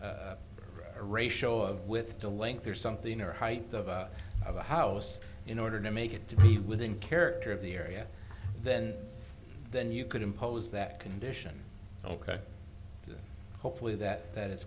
a ratio of with the length or something or height of a house in order to make it to be within character of the area then then you could impose that condition ok hopefully that that i